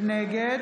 נגד